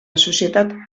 societat